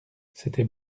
c’était